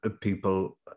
people